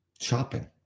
Shopping